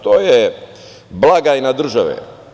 To je blagajna države.